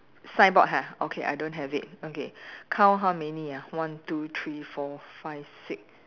signboard ha okay I don't have it okay count how many ah one two three four five six